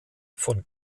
von